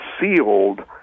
sealed